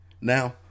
Now